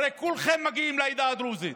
הרי כולכם מגיעים לעדה הדרוזית.